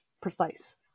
precise